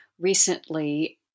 Recently